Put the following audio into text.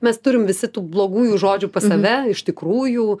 mes turim visi tų blogųjų žodžių pas save iš tikrųjų